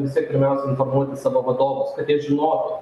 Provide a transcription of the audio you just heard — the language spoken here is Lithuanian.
vistiek pirmiausiai informuoti savo vadovus kad jie žinotų